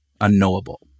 unknowable